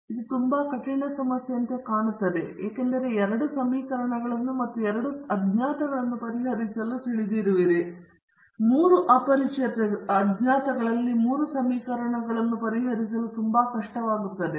ಇದು ತುಂಬಾ ಕಠಿಣ ಸಮಸ್ಯೆಯಂತೆ ಕಾಣುತ್ತದೆ ಏಕೆಂದರೆ ನೀವು ಎರಡು ಸಮೀಕರಣಗಳನ್ನು ಮತ್ತು ಎರಡು ಅಜ್ಞಾತಗಳನ್ನು ಪರಿಹರಿಸಲು ತಿಳಿದಿರುವಿರಿ ಮತ್ತು ಮೂರು ಅಪರಿಚಿತರಲ್ಲಿ ಮೂರು ಸಮೀಕರಣಗಳನ್ನು ಪರಿಹರಿಸಲು ತುಂಬಾ ಕಷ್ಟವಾಗುತ್ತದೆ